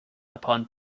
upon